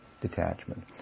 detachment